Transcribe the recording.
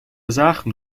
زخم